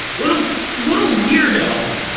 what um what a weirdo!